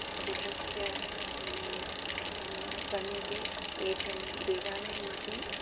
गृहस्य समीपे एकं देवालयम् अपि